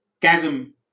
chasm